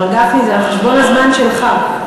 מר גפני, זה על חשבון הזמן שלך.